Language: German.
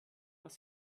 das